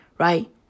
Right